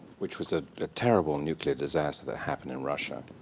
which was a ah terrible nuclear disaster that happened in russia